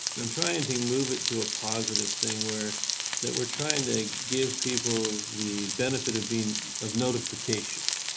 i'm trying to move it to a positive thing where that we're trying to give people the benefit of being of notification.